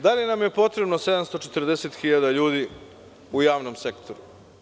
Da li nam je potrebno 740 hiljada ljudi u javnom sektoru?